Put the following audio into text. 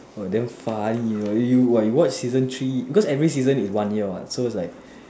oh damn funny you know you watch season three cause every season is one year what so is like